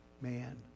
man